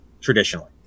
traditionally